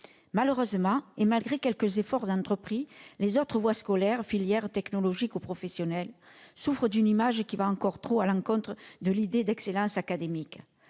Malheureusement, malgré quelques efforts entrepris, les autres voies scolaires- les filières technologiques ou professionnelles -souffrent d'une image qui va encore trop à l'encontre de l'idée d'excellence académique.